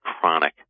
chronic